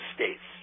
States